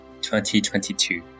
2022